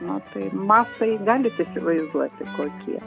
na tai mastai galit įsivaizduoti kokie